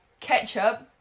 Ketchup